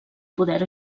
poder